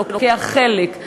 שלוקח חלק,